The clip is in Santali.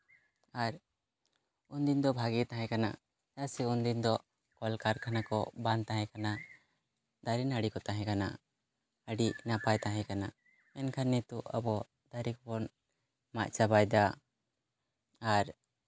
ᱟᱨ ᱩᱱᱫᱤᱱ ᱫᱚ ᱵᱷᱟᱜᱮ ᱛᱟᱦᱮᱸ ᱠᱟᱱᱟ ᱪᱮᱫᱟᱜ ᱥᱮ ᱩᱱᱫᱤᱱ ᱫᱚ ᱠᱚᱞ ᱠᱟᱨᱠᱷᱟᱱᱟ ᱠᱚ ᱵᱟᱝ ᱛᱟᱦᱮᱸ ᱠᱟᱱᱟ ᱫᱟᱨᱮ ᱱᱟᱹᱲᱤ ᱠᱚ ᱛᱟᱦᱮᱸ ᱠᱟᱱᱟ ᱟᱹᱰᱤ ᱱᱟᱯᱟᱭ ᱛᱟᱦᱮᱸ ᱠᱟᱱᱟ ᱢᱮᱱᱠᱷᱟᱱ ᱱᱤᱛᱚᱜ ᱟᱵᱚ ᱫᱟᱨᱮ ᱠᱚᱵᱚᱱ ᱢᱟᱜ ᱪᱟᱵᱟᱭ ᱮᱫᱟ ᱟᱨ